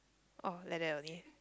ah like that only eh